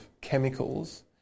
chemicals